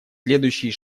следующие